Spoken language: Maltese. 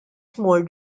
tmur